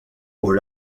aux